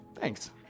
Thanks